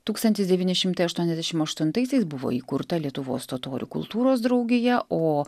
tūkstantis devyni šimtai aštuoniasdešimt aštuntaisiais buvo įkurta lietuvos totorių kultūros draugija o